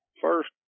first